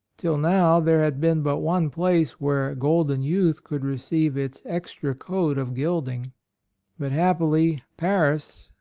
till now there had been but one place where golden youth could receive its extra coat of gilding but, happily, paris,